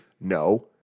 no